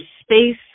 space